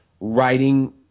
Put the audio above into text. writing